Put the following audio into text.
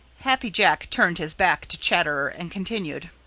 happy jack turned his back to chatterer and continued,